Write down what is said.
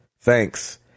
thanks